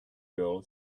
girl